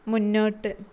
മുന്നോട്ട്